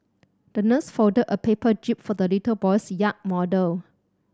the nurse folded a paper jib for the little boy's yacht model